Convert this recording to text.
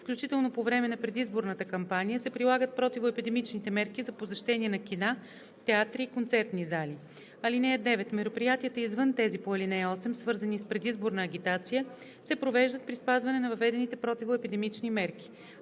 включително по време на предизборната кампания, се прилагат противоепидемичните мерки за посещение на кина, театри и концертни зали. (9) Мероприятията извън тези по ал. 8, свързани с предизборна агитация, се провеждат при спазване на въведените противоепидемични мерки.